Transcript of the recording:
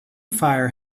fire